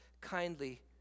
kindly